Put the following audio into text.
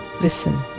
listen